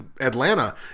Atlanta